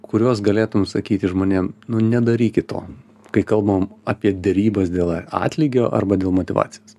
kuriuos galėtum sakyti žmonėm nu nedarykit to kai kalbam apie derybas dėl atlygio arba dėl motyvacijos